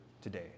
today